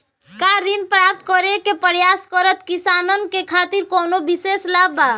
का ऋण प्राप्त करे के प्रयास करत किसानन के खातिर कोनो विशेष लाभ बा